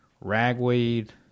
ragweed